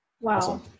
Wow